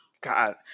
God